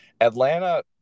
Atlanta